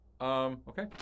Okay